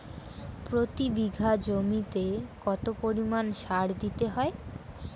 প্রতি বিঘা জমিতে কত পরিমাণ সার দিতে হয়?